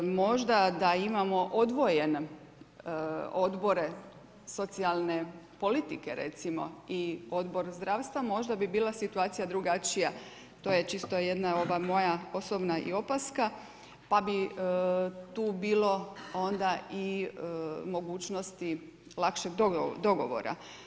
Možda da imamo odvojene odbore socijalne politike recimo i Odbor zdravstva, možda bi bila situacija, to je čisto jedna moja osobina i opaska, pa bi tu bilo onda i mogućnosti lakšeg dogovora.